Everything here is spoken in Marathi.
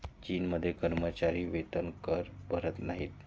चीनमध्ये कर्मचारी वेतनकर भरत नाहीत